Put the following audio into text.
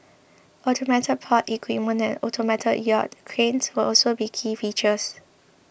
automated port equipment and automated yard cranes will also be key features